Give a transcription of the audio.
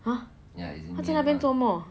!huh! 他去那边做什么